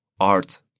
art